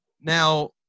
Now